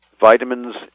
vitamins